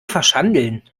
verschandeln